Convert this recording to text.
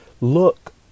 Look